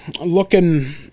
looking